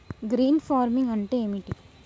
Green farming అంటే ఏమిటి?